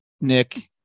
Nick